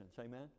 Amen